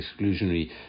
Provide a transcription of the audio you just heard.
exclusionary